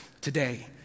today